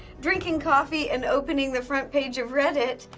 drinking coffee and opening the front page of reddit.